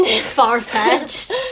far-fetched